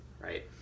right